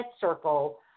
circle